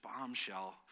bombshell